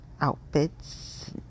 outfits